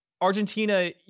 Argentina